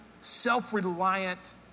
self-reliant